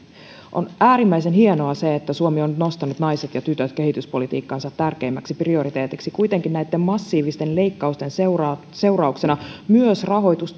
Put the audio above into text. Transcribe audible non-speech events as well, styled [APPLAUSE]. on äärimmäisen hienoa se että suomi on nyt nostanut naiset ja tytöt kehityspolitiikkansa tärkeimmäksi prioriteetiksi kuitenkin näitten massiivisten leikkausten seurauksena myös rahoitus [UNINTELLIGIBLE]